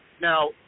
Now